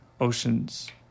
Oceans